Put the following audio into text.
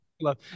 Love